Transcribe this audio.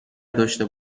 داشته